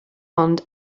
ond